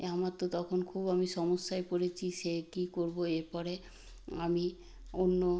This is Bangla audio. আমার তো তখন খুব আমি সমস্যায় পড়েছি সে কী করবো এরপরে আমি অন্য